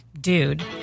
dude